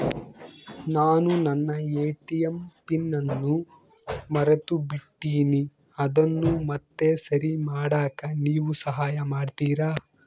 ನಾನು ನನ್ನ ATM PIN ಅನ್ನು ಮರೆತುಬಿಟ್ಟೇನಿ ಅದನ್ನು ಮತ್ತೆ ಸರಿ ಮಾಡಾಕ ನೇವು ಸಹಾಯ ಮಾಡ್ತಿರಾ?